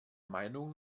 meinung